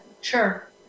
Sure